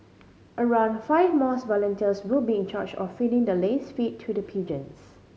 around five mosque volunteers will be in charge of feeding the laced feed to the pigeons